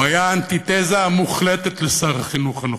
הוא היה האנטי-תזה המוחלטת לשר החינוך הנוכחי.